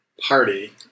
party